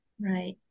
Right